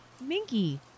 Minky